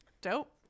Dope